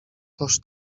toż